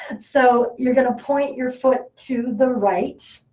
so you're going to point your foot to the right,